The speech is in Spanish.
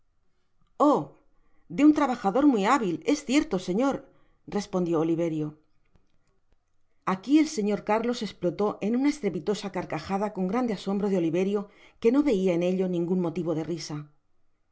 le pi trabajador muy uábil es cierlo señor respondió oliverio i iaqui ebsefior darlos esplotó en uua estrepitosa carcajada con grande asombro de oliverio que no veia en ello ningun motivo de risa i